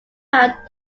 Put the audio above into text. found